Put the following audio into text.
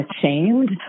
ashamed